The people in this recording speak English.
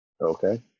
Okay